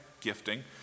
gifting